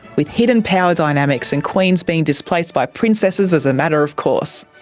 with hidden power dynamics and queens being displaced by princesses as a matter of course.